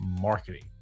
marketing